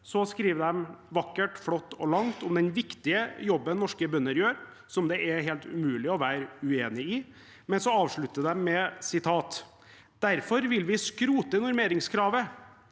Så skriver de vakkert, flott og langt om den viktige jobben norske bønder gjør, noe det er helt umulig å være uenig i. Men så avslutter de med: «Derfor vil vi skrote normeringskravet